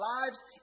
lives